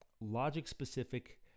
logic-specific